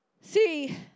See